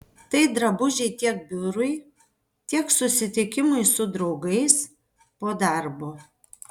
tai drabužiai tiek biurui tiek susitikimui su draugais po darbo